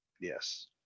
Yes